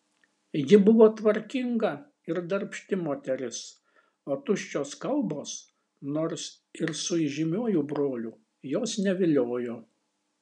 ji buvo tvarkinga ir darbšti moteris o tuščios kabos nors ir su įžymiuoju broliu jos neviliojo